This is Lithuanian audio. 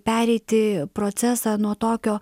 pereiti procesą nuo tokio